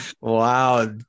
Wow